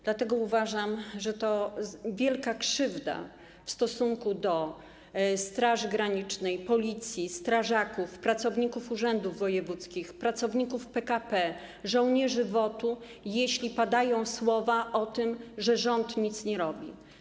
Dlatego uważam, że to wielka krzywda w stosunku do Straży Granicznej, Policji, strażaków, pracowników urzędów wojewódzkich, pracowników PKP, żołnierzy WOT-u, jeśli padają słowa o tym, że rząd nic nie robi.